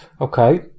Okay